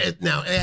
Now